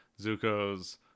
zuko's